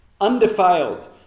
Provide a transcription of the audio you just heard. undefiled